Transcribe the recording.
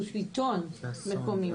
הוא שלטון מקומי,